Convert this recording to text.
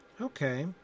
Okay